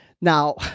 Now